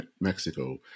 Mexico